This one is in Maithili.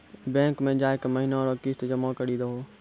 बैंक मे जाय के महीना रो किस्त जमा करी दहो